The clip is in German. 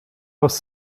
aus